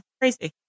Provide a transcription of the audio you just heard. crazy